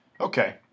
Okay